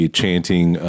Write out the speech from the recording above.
chanting